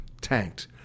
tanked